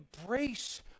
embrace